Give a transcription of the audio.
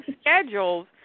schedules